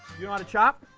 you know how to chop?